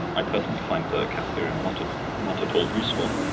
i personally find the cap theorem not at not at all useful.